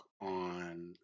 on